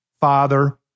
father